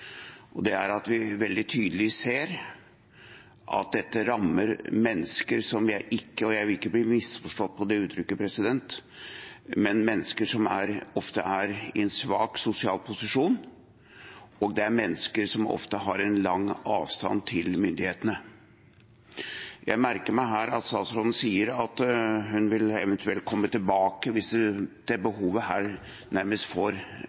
og det er at vi veldig tydelig ser at dette rammer – og jeg vil ikke bli misforstått på det uttrykket – mennesker som ofte er i en svak sosial posisjon, og mennesker som ofte har en lang avstand til myndighetene. Jeg merker meg at statsråden her sier at hun eventuelt vil komme tilbake hvis behovet nærmest får legitimitet og blir bevist, men jeg vil si her, direkte gjennom presidenten til statsråden, at det